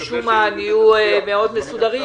משום מה הם נהיו מאוד מסודרים,